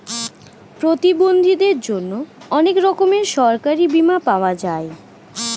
প্রতিবন্ধীদের জন্যে অনেক রকমের সরকারি বীমা পাওয়া যায়